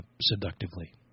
seductively